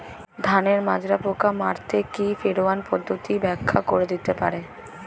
ধানের মাজরা পোকা মারতে কি ফেরোয়ান পদ্ধতি ব্যাখ্যা করে দিতে পারে?